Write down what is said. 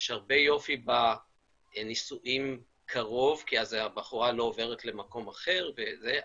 יש הרבה יופי בנישואים קרוב כי אז הבחורה לא עוברת למקום אחר וזה,